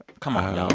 come on, y'all.